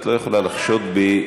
את לא יכולה לחשוד בי,